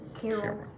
Carol